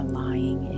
lying